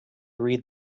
read